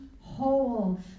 whole